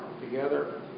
together